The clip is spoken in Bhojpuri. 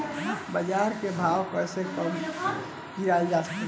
बाज़ार के भाव कैसे कम गीरावल जा सकता?